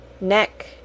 neck